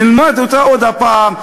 נלמד אותה עוד הפעם,